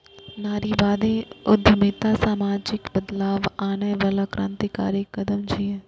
नारीवादी उद्यमिता सामाजिक बदलाव आनै बला क्रांतिकारी कदम छियै